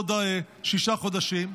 עוד שישה חודשים,